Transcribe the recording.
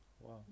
Wow